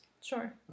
Sure